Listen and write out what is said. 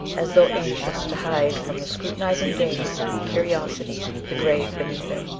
as though anxious to hide from the scrutinising gaze of curiosity the grave beneath it.